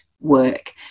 work